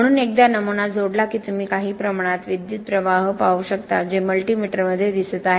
म्हणून एकदा नमुना जोडला की तुम्ही काही प्रमाणात विद्युतप्रवाह पाहू शकता जे मल्टी मीटरमध्ये दिसत आहे